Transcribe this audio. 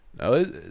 No